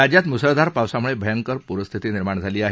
राज्यात मुसळधार पावसामुळे भयंकर पूरस्थिती निर्माण झाली आहे